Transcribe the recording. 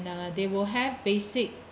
uh they will have basic